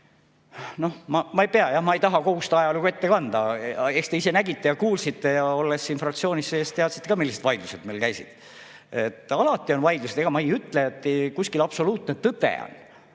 ja see aitas. Ma ei taha kogu seda ajalugu ette kanda, eks te ise nägite-kuulsite ja olles siin fraktsioonis sees, teadsite ka, millised vaidlused meil käisid. Alati on vaidlusi, ega ma ei ütle, et kuskil absoluutne tõde on.